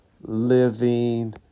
living